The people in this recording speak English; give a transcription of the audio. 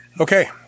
Okay